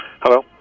Hello